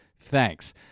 Thanks